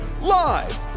live